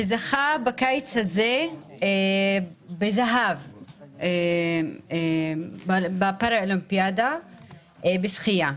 שזכה בקיץ הזה בזהב בפארא אולימפיאדה בשחייה.